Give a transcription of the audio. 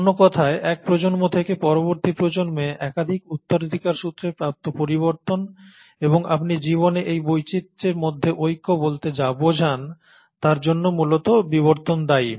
অন্য কথায় এক প্রজন্ম থেকে পরবর্তী প্রজন্মে একাধিক উত্তরাধিকারসূত্রে প্রাপ্ত পরিবর্তন এবং আপনি জীবনে বৈচিত্রের মধ্যে ঐক্য বলতে যা বোঝান তার জন্য মূলত বিবর্তন দায়ী